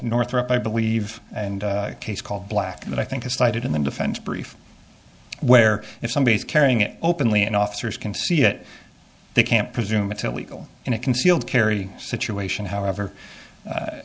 northrup i believe and case called black that i think is cited in the defense brief where if somebody is carrying it openly and officers can see it they can't presume it's illegal in a concealed carry situation however